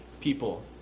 people